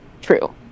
True